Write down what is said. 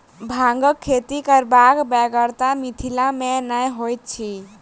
भांगक खेती करबाक बेगरता मिथिला मे नै होइत अछि